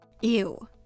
Ew